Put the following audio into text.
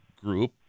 group